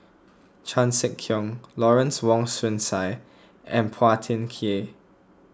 Chan Sek Keong Lawrence Wong Shyun Tsai and Phua Thin Kiay